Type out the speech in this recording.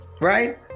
right